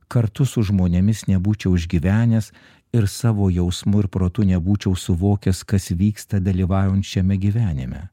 kartu su žmonėmis nebūčiau išgyvenęs ir savo jausmų ir protu nebūčiau suvokęs kas vyksta dalyvaujant šiame gyvenime